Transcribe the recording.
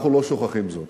אנחנו לא שוכחים זאת.